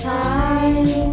time